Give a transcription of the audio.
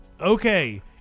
Okay